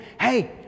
Hey